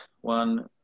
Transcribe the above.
One